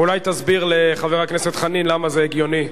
אולי תסביר לחבר הכנסת חנין למה זה הגיוני.